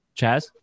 Chaz